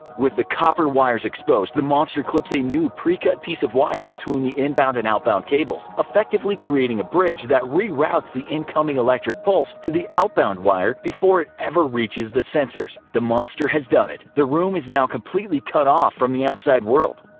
with the copper wires exposed, the monster clips a new, precut piece of wire between the inbound and outbound cables, effectively creating a bridge that rerouts the incoming electric pulse to the outbound wire before it ever reaches the sensors. the monster has done it, the room is now completely cut off from the outside world.